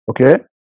Okay